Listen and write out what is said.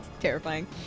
terrifying